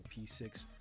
P6